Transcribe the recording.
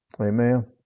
Amen